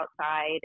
outside